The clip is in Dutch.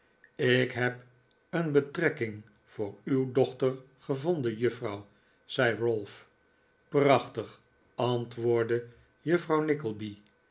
ik heb een betrekking voor uw dochter gevonden juffrouw zei ralph prachtig antwoordde juffrouw